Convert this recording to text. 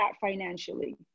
financially